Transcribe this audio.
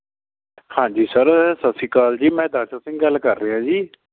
ਹਾਂਜੀ ਸਰ ਸਤਿ ਸ਼੍ਰੀ ਅਕਾਲ ਜੀ ਮੈਂ ਦਰਸ਼ਨ ਸਿੰਘ ਗੱਲ ਕਰ ਰਿਹਾ ਜੀ